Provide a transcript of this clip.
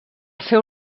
seu